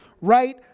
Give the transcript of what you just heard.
right